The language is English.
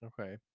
Okay